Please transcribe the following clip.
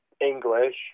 English